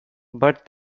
but